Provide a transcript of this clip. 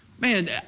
man